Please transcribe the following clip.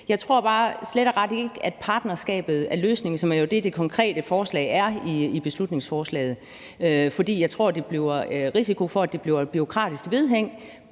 Jeg tror bare slet og ret ikke, at partnerskabet er løsningen, som jo er det, det konkrete forslag er i beslutningsforslaget. For jeg tror, der er risiko for, at det bliver et bureaukratisk vedhæng,